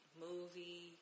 movie